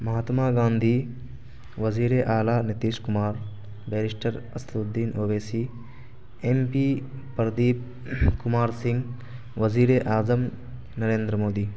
مہاتما گاندھی وزیر اعلیٰ Nitish Kumar barrister Asaduddin Owaisi M P Pradeep Kumar Singh وزیر اعظم نریندر مودی